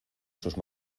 sus